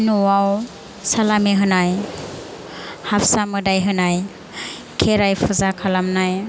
न'आव सालामि होनाय हारसा मोदाइ होनाय खेराइ फुजा खालामनाय